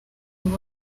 ubu